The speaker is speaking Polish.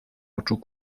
oczu